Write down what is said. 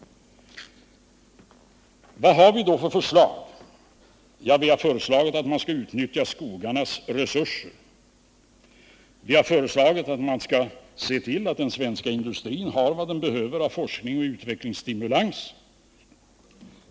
Vad har vi då för förslag? Vi har föreslagit att man skulle utnyttja skogarnas resurser. Vi har föreslagit att man skall se till att den svenska industrin har vad den behöver av forskning och utvecklingsstimulans.